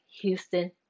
Houston